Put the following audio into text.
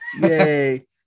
yay